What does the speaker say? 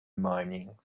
mining